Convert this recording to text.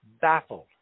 baffled